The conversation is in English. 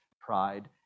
pride